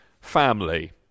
family